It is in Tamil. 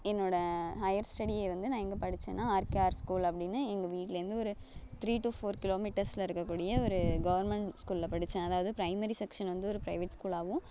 என்னோடய ஹையர் ஸ்டடியை வந்து நான் எங்கே படித்தேன்னா ஆர் கே ஆர் ஸ்கூல் அப்படீன்னு எங்கள் வீட்டிலேருந்து ஒரு த்ரீ டு ஃபோர் கிலோமீட்டர்ஸில் இருக்கக்கூடிய ஒரு கவர்மெண்ட் ஸ்கூலில் படித்தேன் அதாவது ப்ரைமரி செக்ஷன் வந்து ஒரு ப்ரைவேட் ஸ்கூலாகவும்